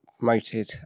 promoted